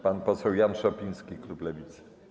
Pan poseł Jan Szopiński, klub Lewicy.